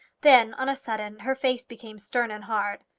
then on a sudden her face became stern and hard.